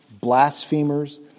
blasphemers